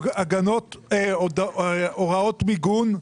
הוראות מיגון.